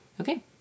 Okay